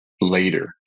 later